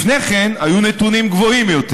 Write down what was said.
לפני כן היו נתונים גבוהים יותר.